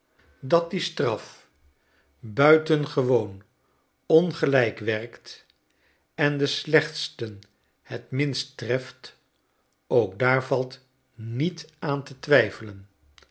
dat die straf buitengewoon ongelijk werkt en den slechtsten het minst treft ook daar valt niet aan te twijfelen